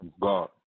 God